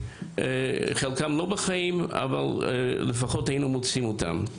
חלקם לא בחיים אבל לפחות היינו מוצאים אותם.